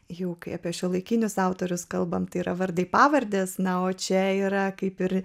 jų kai apie šiuolaikinius autorius kalbant yra vardai pavardės na o čia yra kaip ir